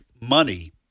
money